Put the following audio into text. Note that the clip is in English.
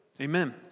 Amen